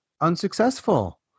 unsuccessful